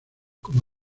como